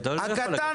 אדוני,